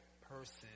person